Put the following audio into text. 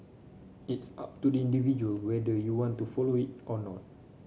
it's up to the individual whether you want to follow it or not